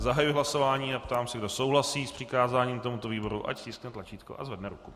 Zahajuji hlasování a ptám se, kdo souhlasí s přikázáním tomuto výboru, ať stiskne tlačítko a zvedne ruku.